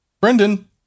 Brendan